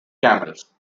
camels